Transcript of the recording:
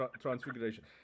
transfiguration